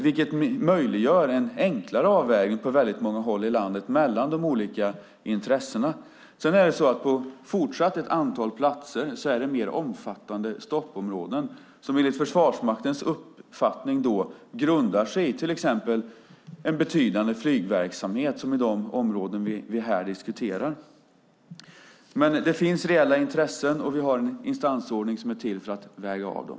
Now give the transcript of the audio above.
Det möjliggör en enklare avvägning mellan de olika intressena på många håll i landet. Det är också så att det på ett fortsatt antal platser är mer omfattande stoppområden som enligt Försvarsmaktens uppfattning till exempel grundar sig i en betydande flygverksamhet, som i de områden vi här diskuterar. Det finns alltså reella intressen, och vi har en instansordning som är till för att väga av dem.